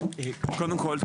קודם כול,